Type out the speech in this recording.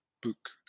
book